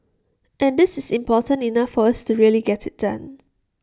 and this is important enough for us to really get IT done